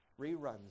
reruns